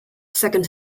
second